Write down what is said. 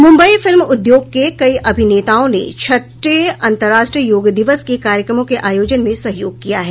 Mumbai film उद्योग के कई अभिनेताओं ने छठे अंतर्राष्ट्रीययोग दिवस के कार्यक्रमों के आयोजन में सहयोग किया है